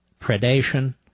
predation